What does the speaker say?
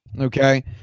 okay